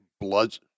Blood